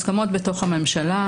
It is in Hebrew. הסכמות בתוך הממשלה.